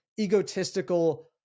egotistical